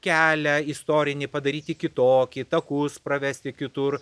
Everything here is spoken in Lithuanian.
kelią istorinį padaryti kitokį takus pravesti kitur